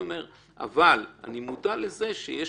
אבל אני מודע לזה שיש